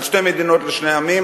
על שתי מדינות לשני עמים,